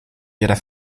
ihrer